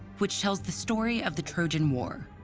which tells the story of the trojan war.